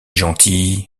gentil